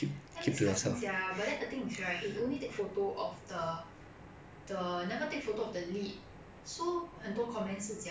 so 很多 comments 是讲 oh you don't know whether it's r~ after he opened or before he open because never take photo of the full